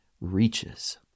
reaches